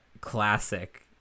classic